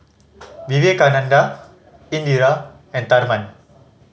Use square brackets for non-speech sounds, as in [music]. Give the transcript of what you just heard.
[noise] Vivekananda Indira and Tharman